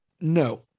no